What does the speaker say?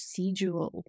procedural